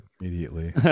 immediately